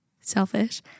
selfish